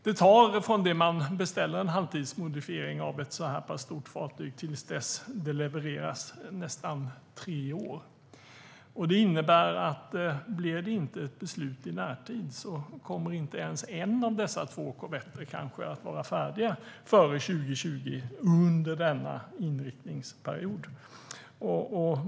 Från det att man beställer en halvtidsmodifiering av ett så här pass stort fartyg till dess att det levereras tar det nästan tre år. Det innebär att om det inte blir ett beslut i närtid kommer kanske inte ens en av dessa två korvetter att vara färdiga före 2020 under denna inriktningsperiod.